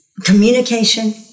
communication